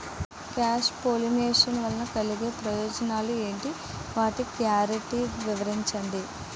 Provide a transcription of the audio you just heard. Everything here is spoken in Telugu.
క్రాస్ పోలినేషన్ వలన కలిగే ప్రయోజనాలు ఎంటి? వాటి గ్యారంటీ వివరించండి?